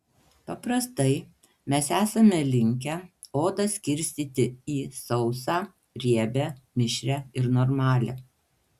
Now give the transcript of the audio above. paprastai mes esame linkę odą skirstyti į sausą riebią mišrią ir normalią